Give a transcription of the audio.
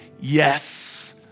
yes